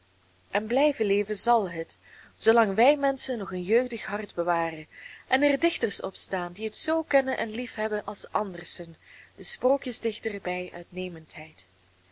en blijven leven zal het zoo lang wij menschen nog een jeugdig hart bewaren en er dichters opstaan die het zoo kennen en liefhebben als andersen de sprookjesdichter bij uitnemendheid